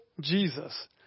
Jesus